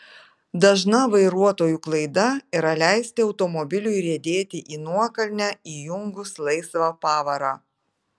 dažna vairuotojų klaida yra leisti automobiliui riedėti į nuokalnę įjungus laisvą pavarą